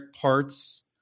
parts